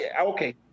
okay